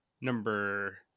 Number